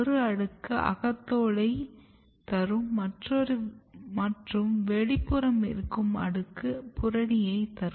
ஒரு அடுக்கு அகத்தோலை தரும் மற்றும் வெளிப்புறம் இருக்கும் அடுக்கு புறணியை தரும்